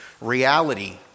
reality